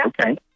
Okay